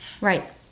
Right